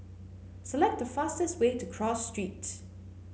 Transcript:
select the fastest way to Cross Street